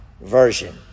Version